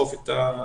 ולאכוף את העבירות.